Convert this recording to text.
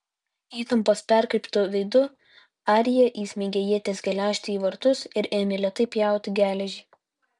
įtampos perkreiptu veidu arija įsmeigė ieties geležtę į vartus ir ėmė lėtai pjauti geležį